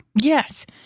Yes